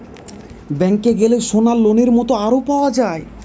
ব্যাংকে গ্যালে সোনার লোনের মত আরো পাওয়া যায়